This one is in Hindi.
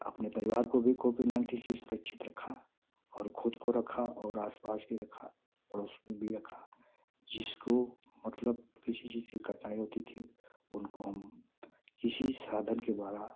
अपने परिवार को भी कोविड नाईन्टीन से सुरक्षित रखा और खुद को रखा और आसपास भी रखा पड़ोस भी रखा जिसको मतलब किसी चीज़ कि कठनाई होती थी उनको हम किसी साधन के द्वारा